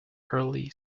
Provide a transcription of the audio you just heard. early